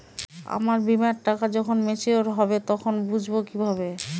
আমার বীমার টাকা যখন মেচিওড হবে তখন বুঝবো কিভাবে?